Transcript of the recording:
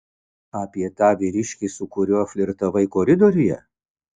apie tą vyriškį su kuriuo flirtavai koridoriuje